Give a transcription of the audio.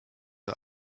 are